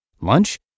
Lunch